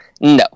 No